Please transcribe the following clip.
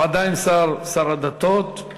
הוא עדיין שר, שר הדתות.